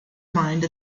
mind